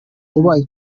ubaye